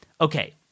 Okay